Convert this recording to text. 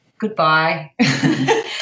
goodbye